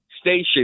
station